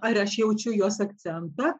ar aš jaučiu jos akcentą